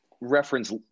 reference